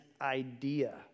idea